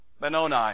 Benoni